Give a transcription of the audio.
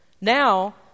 Now